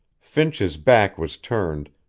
finch's back was turned,